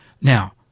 Now